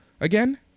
again